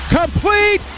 complete